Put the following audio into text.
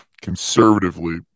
conservatively